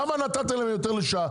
למה נתת להם יותר לשעה?